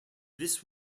this